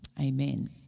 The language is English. Amen